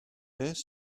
beth